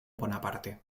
bonaparte